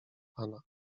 pana